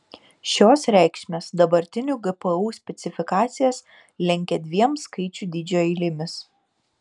šios reikšmės dabartinių gpu specifikacijas lenkia dviem skaičių dydžio eilėmis